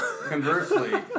Conversely